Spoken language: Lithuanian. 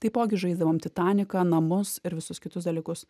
taipogi žaisdavom titaniką namus ir visus kitus dalykus